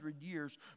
years